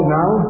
now